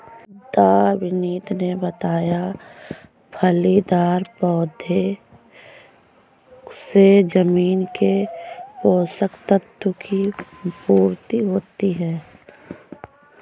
डॉ विनीत ने बताया फलीदार पौधों से जमीन के पोशक तत्व की पूर्ति होती है